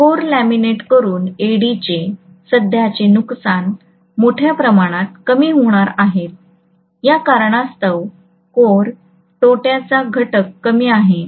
core laminate करून एडीचे सध्याचे नुकसान मोठ्या प्रमाणात कमी होत आहेत या कारणास्तव कोर तोट्याचा घटक कमी आहे